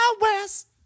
west